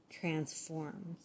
Transforms